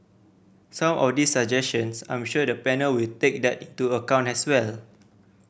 some of these suggestions I'm sure the panel will take that into account as well